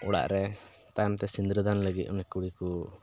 ᱚᱲᱟᱜ ᱨᱮ ᱛᱟᱭᱚᱢ ᱛᱮ ᱥᱤᱝᱨᱟᱹᱫᱟᱱ ᱞᱟᱹᱜᱤᱫ ᱩᱱᱤ ᱠᱩᱲᱤ ᱠᱚ